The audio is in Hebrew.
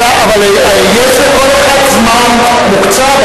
אבל יש לכל אחד זמן מוקצב.